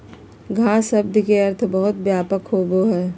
घास शब्द के अर्थ बहुत व्यापक होबो हइ